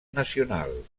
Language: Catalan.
nacional